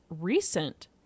recent